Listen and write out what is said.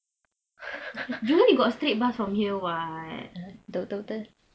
jewel you got straight bus from here [what]